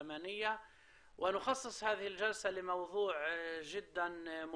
אנחנו נמצאים כרגע בישיבה המיוחדת של הוועדה הפרלמנטרית למלחמה